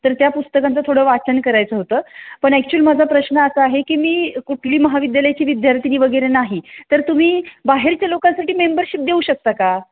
तर त्या पुस्तकांचं थोडं वाचन करायचं होतं पण ॲक्चुल माझा प्रश्न असा आहे की मी कुठली महाविद्यालयाची विद्यार्थीनी वगैरे नाही तर तुम्ही बाहेरच्या लोकांसाठी मेंबरशिप देऊ शकता का